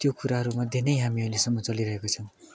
त्यो कुराहरूमध्ये नै हामी अहिलेसम्म चलिरहेको छौँ